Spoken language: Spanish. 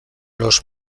los